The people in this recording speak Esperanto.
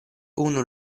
unu